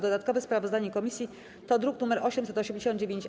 Dodatkowe sprawozdanie komisji to druk nr 889-A.